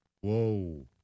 whoa